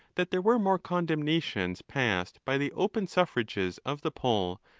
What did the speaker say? that there were more condemnations passed by the open suffrages of the poll,